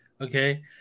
Okay